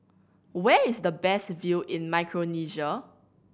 where is the best view in Micronesia